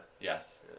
yes